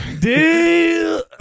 deal